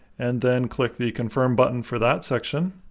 and then click the confirm button for that section.